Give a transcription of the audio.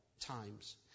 times